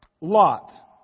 Lot